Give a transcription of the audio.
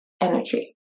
energy